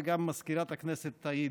וגם מזכירת הכנסת תעיד,